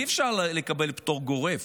אי-אפשר לקבל פטור גורף.